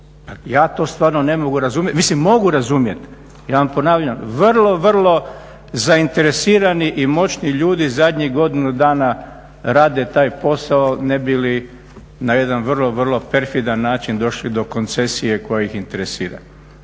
Ja to stvarno ne mogu razumjeti, mislim mogu razumjeti. Ja vam ponavljam, vrlo, vrlo zainteresirani i moćni ljudi zadnjih godinu dana rade taj posao ne bi li na jedan vrlo, vrlo perfidan način došli do koncesije koja ih interesira.